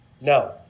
No